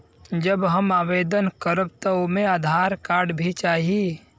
जब हम आवेदन करब त ओमे आधार कार्ड भी चाही?